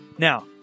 Now